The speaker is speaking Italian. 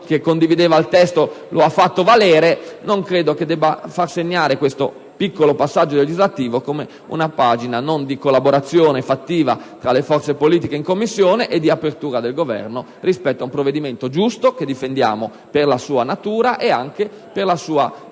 che condivideva il testo lo ha fatto valere. Non credo però si debba additare questo piccolo passaggio legislativo come una pagina di scarsa collaborazione fattiva fra le forze politiche in Commissione, o di mancata apertura del Governo rispetto ad un provvedimento che difendiamo per la sua natura e per la sua